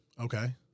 Okay